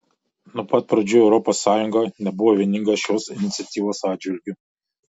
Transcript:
nuo pat pradžių europos sąjunga nebuvo vieninga šios iniciatyvos atžvilgiu